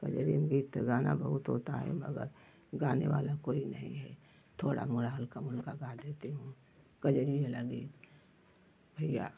कजरी में गीत गाना बहुत होता है मगर गाने वाला कोई नहीं है थोड़ा मोड़ा हल्का मुल्का गा देती हूँ कजरी वला गीत भैया